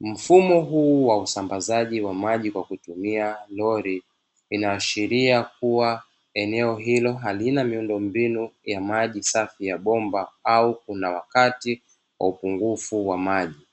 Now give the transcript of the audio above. Mfuno huu wa usambazaji wa maji kwa kutumia lori inaashiria kuwa eneo hilo halina miundo mbinu ya maji safi ya bomba au kuna wakati wa upungufu wa maji.